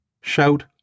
Shout